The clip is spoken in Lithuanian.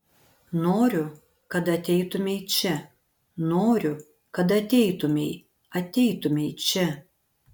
noriu kad ateitumei čia noriu kad ateitumei ateitumei čia